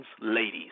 ladies